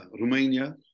Romania